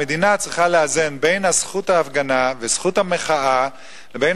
המדינה צריכה לאזן בין זכות ההפגנה וזכות המחאה ובין